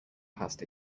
past